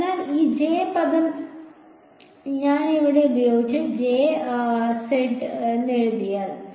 അതിനാൽ ഈ J പദം ഇവിടെ ഞാൻ എഴുതാം